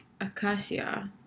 acacia